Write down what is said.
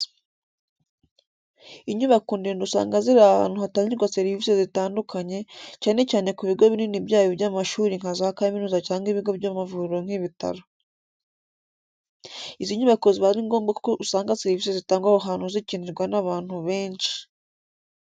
Inyubako ndende usanga ziri ahantu hatangirwa serivise zitandukanye, cyane cyane ku bigo binini byaba iby'amashuri nka za kaminuza cyangwa ibigo by'amavuriro nk'ibitaro. Izi nyubako ziba ari ngombwa kuko usanga serivise zitangwa aho hantu zikenerwa n'abantu benshi.